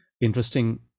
interesting